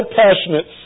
passionate